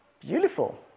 beautiful